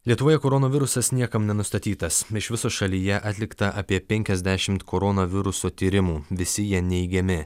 lietuvoje koronavirusas niekam nenustatytas iš visos šalyje atlikta apie penkiasdešimt koronaviruso tyrimų visi jie neigiami